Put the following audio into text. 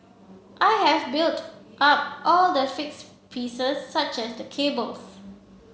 I have built up all the fixed pieces such as the cables